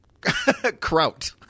kraut